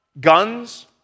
guns